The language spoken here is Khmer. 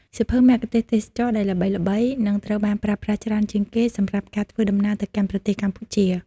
សៀវភៅមគ្គុទ្ទេសក៍ទេសចរណ៍ដែលល្បីៗ និងត្រូវបានប្រើប្រាស់ច្រើនជាងគេសម្រាប់ការធ្វើដំណើរទៅកាន់ប្រទេសកម្ពុជា។